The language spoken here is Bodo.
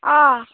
अ